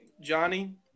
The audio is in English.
johnny